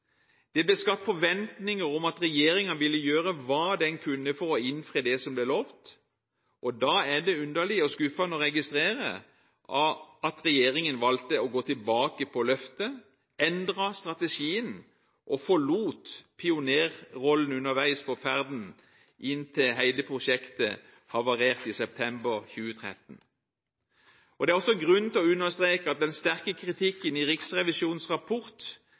Det ble skapt forventninger om at regjeringen ville gjøre hva den kunne for å innfri det som ble lovt, og da er det underlig og skuffende å registrere at regjeringen valgte å gå tilbake på løftet, endret strategien og forlot pionerrollen underveis på ferden, inntil hele prosjektet havarerte i september 2013. Det er også grunn til å understreke at den sterke kritikken i Riksrevisjonens rapport